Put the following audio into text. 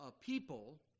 people